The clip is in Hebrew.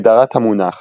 הגדרת המונח